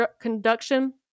conduction